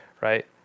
Right